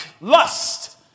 lust